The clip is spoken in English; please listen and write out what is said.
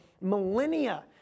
millennia